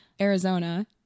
arizona